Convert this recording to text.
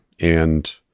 and-